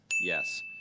yes